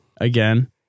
Again